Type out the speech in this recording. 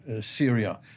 Syria